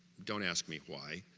don't ask me why.